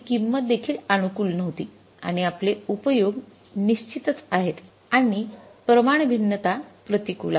किंमती तील भिन्नता प्रतिकूल आहे